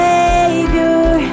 Savior